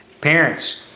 Parents